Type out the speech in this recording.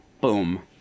boom